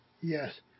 yes